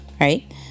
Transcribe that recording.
right